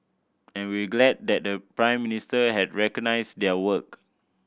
and we're glad that the Prime Minister has recognised their work